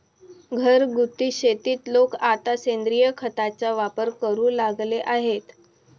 घरगुती शेतीत लोक आता सेंद्रिय खताचा वापर करू लागले आहेत